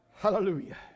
hallelujah